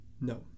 No